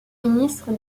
ministre